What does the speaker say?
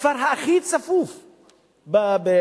הכפר הכי צפוף בישראל.